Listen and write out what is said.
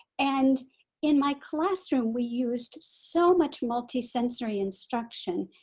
and in my classroom we used so much multi sensory instruction.